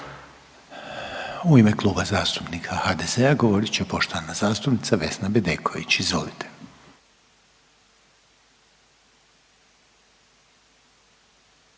U ime Kluba zastupnika HDZ-a govorit će poštovana zastupnica Vesna Bedeković. Izvolite.